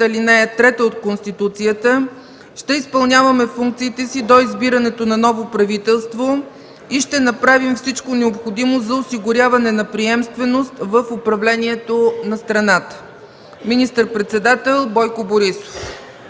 ал. 3 от Конституцията ще изпълняваме функциите си до избирането на ново правителство и ще направим всичко необходимо за осигуряване на приемственост в управлението на страната. Министър-председател Бойко Борисов.”